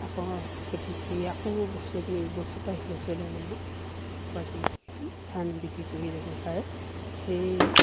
আকৌ খেতি কৰি আকৌ বছৰত নি ইবছৰৰপৰা সিবছৰলৈ মানে উপাৰ্জন কৰি ধান বিক্ৰী কৰি যাব পাৰে সেই